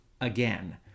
again